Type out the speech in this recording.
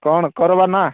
କ'ଣ କରିବା ନା